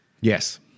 Yes